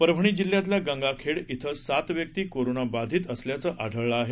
परभणीजिल्ह्यातल्या गंगाखेड इथं सात व्यक्ती कोरोनाबाधीत असल्याचं आढळलं आहे